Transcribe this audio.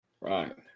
Right